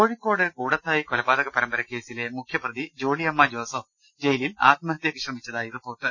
കോഴിക്കോട് കൂടത്തായി കൊലപാതക പരമ്പര കേസിലെ മുഖ്യ പ്രതി ജോളിയമ്മ ജോസഫ് ജയിലിൽ ആത്മഹത്യയ്ക്ക് ശ്രമിച്ചതായി റിപ്പോർട്ട്